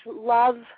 love